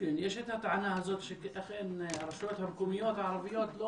יש את הטענה הזאת שאכן הרשויות המקומיות הערביות לא